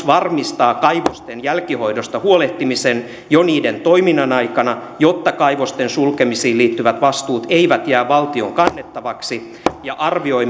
varmistaa kaivosten jälkihoidosta huolehtimisen jo niiden toiminnan aikana jotta kaivosten sulkemisiin liittyvät vastuut eivät jää valtion kannettavaksi ja arvioi